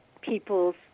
people's